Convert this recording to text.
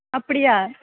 அப்படியா